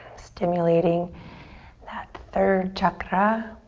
stimulating that third chakra.